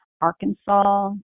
Arkansas